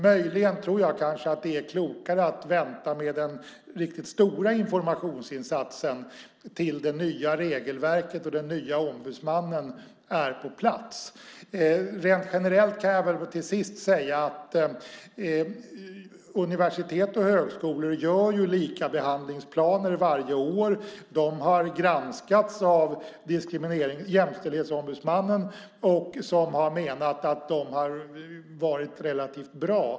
Möjligen är det klokare att vänta med den riktigt stora informationsinsatsen tills det nya regelverket och den nya ombudsmannen är på plats. Rent generellt kan jag till sist säga att universitet och högskolor gör likabehandlingsplaner varje år. De har granskats av Jämställdhetsombudsmannen som har menat att de har varit relativt bra.